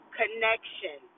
connection